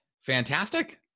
Fantastic